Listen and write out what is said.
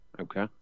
okay